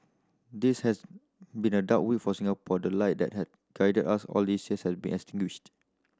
this has been a dark week for Singapore the light that had guided us all these years has been